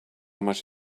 much